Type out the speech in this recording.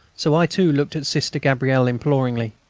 so i too looked at sister gabrielle imploringly.